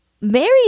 Mary